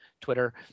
Twitter